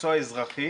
מקצוע אזרחי,